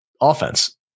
offense